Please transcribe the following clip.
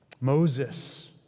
Moses